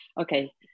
Okay